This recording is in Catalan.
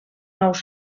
nous